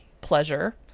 pleasure